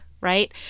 Right